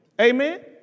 Amen